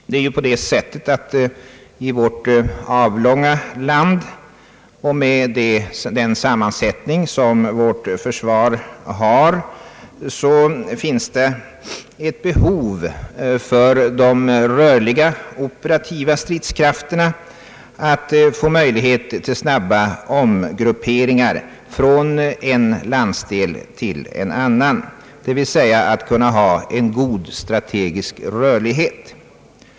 I vårt avlånga land och med den sammansättning som vårt försvar har finns det ett behov för de rörliga operativa stridskrafterna att få möjlighet till snabba omgrupperingar från en landsdel till en annan, dvs. att kunna ha en god strategisk rörlighet.